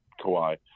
Kawhi